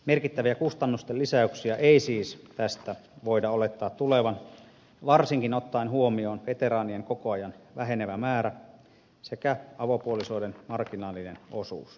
merkittäviä kustannusten lisäyksiä ei siis tästä voida olettaa tulevan varsinkin ottaen huomioon veteraanien koko ajan vähenevä määrä sekä avopuolisoiden marginaalinen osuus